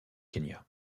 kenya